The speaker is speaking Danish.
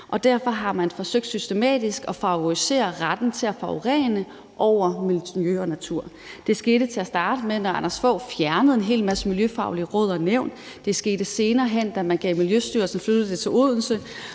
Derfor har man forsøgt systematisk at favorisere retten til at forurene frem for hensynet til miljø og natur. Det skete til at starte med, da Anders Fogh Rasmussen fjernede en hel masse miljøfaglige råd og nævn; det skete senere hen, da man flyttede Miljøstyrelsen til Odense,